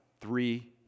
three